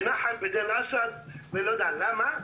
למה?